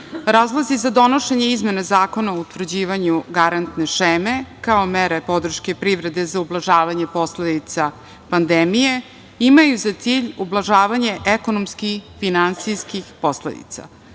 razlozi za donošenje izmene Zakona o utvrđivanju garantne šeme kao mere podrške privredi za ublažavanje posledica pandemije imaju za cilj ublažavanje ekonomskih i finansijskih posledica. Ovaj